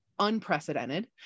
unprecedented